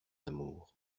amour